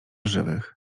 żywych